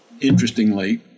interestingly